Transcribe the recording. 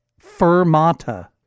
Fermata